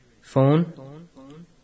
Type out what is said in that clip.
Phone